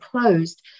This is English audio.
closed